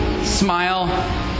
Smile